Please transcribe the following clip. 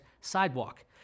Sidewalk